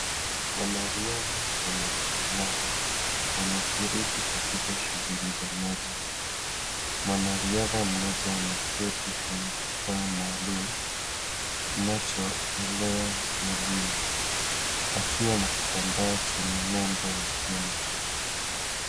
Wanariadha wenye ulemavu wanashiriki katika shughuli za maji mwanariadha mmoja ameketi kwenye kifaa maalum kinachoelea majini akiwa na kitambaa chenye nembo ya Kenya.